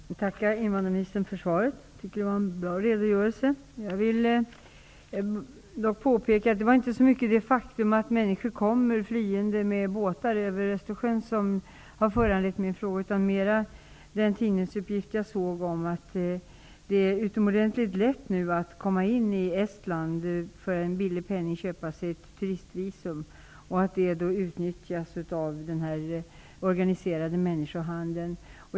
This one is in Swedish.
Herr talman! Jag tackar invandrarministern för svaret. Jag tycker att det var en bra redogörelse. Jag vill dock påpeka att det inte var så mycket det faktum att människor kommer flyende med båtar över Östersjön som föranledde min fråga utan mer den tidningsuppgift som jag såg om att det är utomordentligt lätt nu att komma in i Estland och för en billig penning köpa sig ett turistvisum. Detta utnyttjas av den organiserade människohandeln.